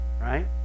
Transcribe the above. Right